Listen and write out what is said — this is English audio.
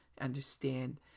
understand